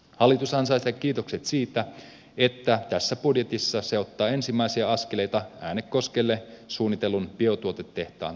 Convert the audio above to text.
hallitus ansaitsee kiitokset siitä että tässä budjetissa se ottaa ensimmäisiä askeleita äänekoskelle suunnitellun biotuotetehtaan toteuttamiseksi